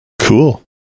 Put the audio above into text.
Cool